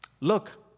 Look